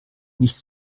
nichts